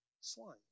swine